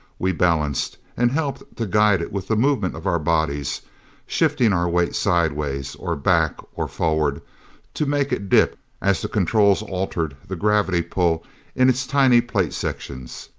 we balanced, and helped to guide it with the movement of our bodies shifting our weight sidewise, or back, or forward to make it dip as the controls altered the gravity pull in its tiny plate sections.